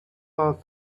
out